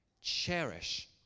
Cherish